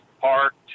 parked